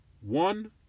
One